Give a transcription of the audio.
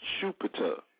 Jupiter